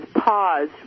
pause